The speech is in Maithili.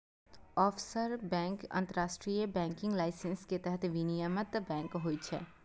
ऑफसोर बैंक अंतरराष्ट्रीय बैंकिंग लाइसेंस के तहत विनियमित बैंक होइ छै